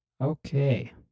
okay